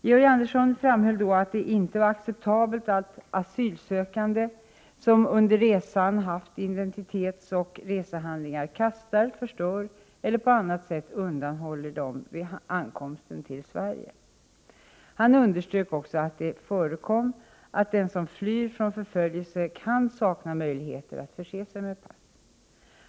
Georg Andersson framhöll då att det inte var acceptabelt att asylsökande, som under resan haft identitetsoch resehandlingar, kastar, förstör eller på annat sätt undanhåller dessa vid ankomsten till Sverige. Han underströk dock att det förekom att den som flyr från förföljelse kan sakna möjlighet att förse sig med pass.